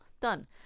done